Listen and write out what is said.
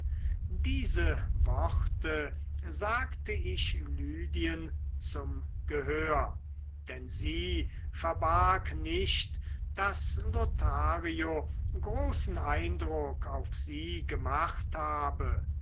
diese worte sagte ich lydien zu gehör denn sie verbarg nicht daß lothario großen eindruck auf sie gemacht habe